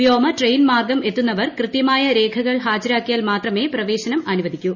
വ്യോമ ട്രെയിൻ മാർഗം എത്തുന്നവർ കൃത്യമായ രേഖകൾ ഹാജരാക്കിയാൽ മാത്രമേ പ്രവേശനം അനുവദിക്കൂ